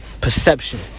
perception